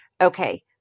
okay